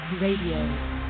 Radio